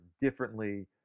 differently